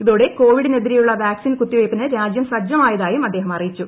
ഇതോടെ കോവിഡിനെതിരെയുള്ള വാക്സിൻ കുത്തിവയ്പ്പിന് രാജ്യം സജ്ജമായതായും അദ്ദേഹം അറിയിച്ചു